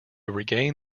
regain